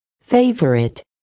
favorite